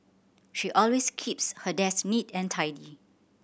she always keeps her desk neat and tidy